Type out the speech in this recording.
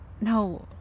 No